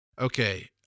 okay